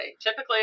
Typically